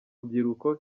rubyiruko